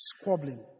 squabbling